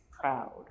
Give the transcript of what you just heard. proud